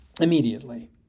Immediately